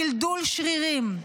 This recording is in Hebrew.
דלדול שרירים,